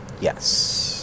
yes